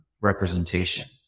representation